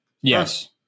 Yes